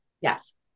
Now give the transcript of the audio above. yes